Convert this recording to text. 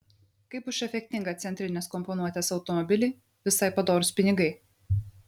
kaip už efektingą centrinės komponuotės automobilį visai padorūs pinigai